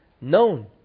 known